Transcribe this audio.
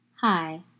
Hi